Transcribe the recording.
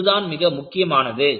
இது தான் மிக முக்கியமானது